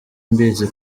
mbizi